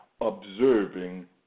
observing